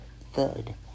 third